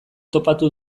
topatu